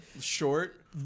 Short